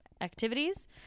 activities